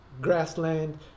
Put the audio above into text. grassland